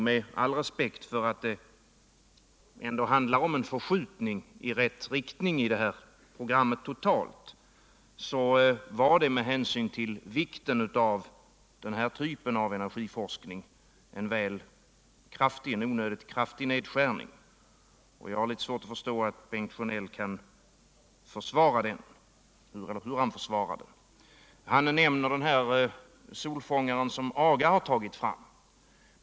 Med all respekt för att det ändå handlar om en förskjutning i rätt riktning i det här programmet totalt sett tycker jag nog, med hänsyn till vikten av denna typ av energiforskning, att dewuta var en onödigt kraftig nedskärning. Och jag har litet svårt att förstå hur Bengt Sjönell försvarade den. Bengt Sjönell nämner den solfångare som AGA tagit fram.